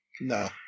No